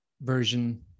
version